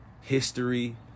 history